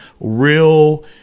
real